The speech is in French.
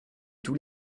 tous